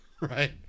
right